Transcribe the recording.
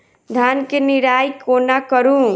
धान केँ निराई कोना करु?